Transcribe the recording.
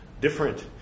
different